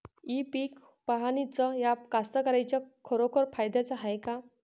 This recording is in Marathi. इ पीक पहानीचं ॲप कास्तकाराइच्या खरोखर फायद्याचं हाये का?